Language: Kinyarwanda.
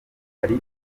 hari